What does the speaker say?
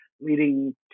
leading